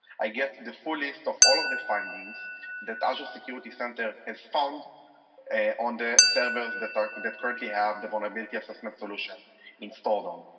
i get the full list of all of the findings that azure security center has found on the servers that ah that currently have the vulnerability assessment solution installed on.